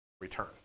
return